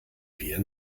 wir